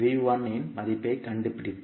இன் மதிப்பைக் கண்டுபிடிப்போம்